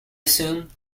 assume